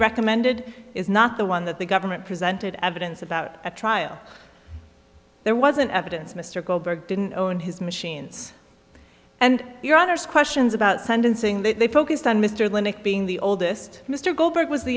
recommended is not the one that the government presented evidence about a trial there wasn't evidence mr goldberg didn't own his machines and your father's questions about sentencing that they focused on mr clinic being the oldest mr goldberg was the